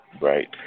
Right